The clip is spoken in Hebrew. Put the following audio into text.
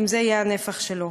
אם זה יהיה הנפח שלו.